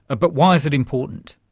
ah but why is it important?